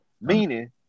Meaning